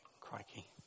crikey